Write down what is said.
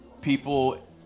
people